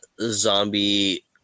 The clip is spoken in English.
zombie